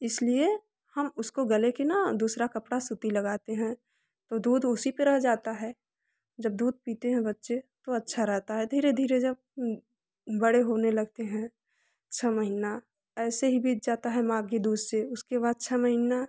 इसलिए हम उसको गले के न दूसरा कपड़ा सूती लगाते हैं तो दूध उसी पर रह जाता है जब दूध पीते हैं बच्चे तो अच्छा रहता है धीरे धीरे जब बड़े होने लगते हैं छः महीना ऐसे ही बीत जाता है माँ के दूध से उसके बाद छः महीना